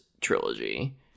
trilogy